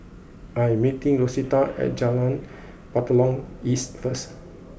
I am meeting Rosita at Jalan Batalong East first